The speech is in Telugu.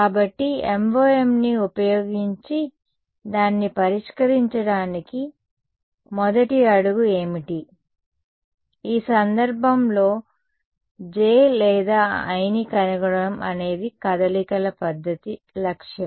కాబట్టి MoMని ఉపయోగించి దాన్ని పరిష్కరించడానికి మొదటి అడుగు ఏమిటి ఈ సందర్భంలో J లేదా Iని కనుగొనడం అనేది కదలికల పద్ధతి లక్ష్యం